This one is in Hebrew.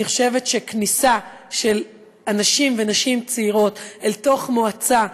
אני חושבת שכניסה של אנשים ונשים צעירים וצעירות למועצה,